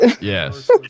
Yes